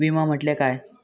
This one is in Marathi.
विमा म्हटल्या काय?